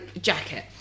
jacket